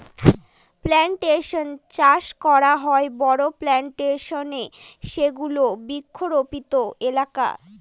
plantation চাষ করা হয় বড়ো প্লানটেশনে যেগুলো বৃক্ষরোপিত এলাকা